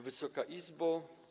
Wysoka Izbo!